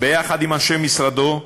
ביחד עם אנשי משרדו,